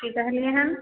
की कहलियै हन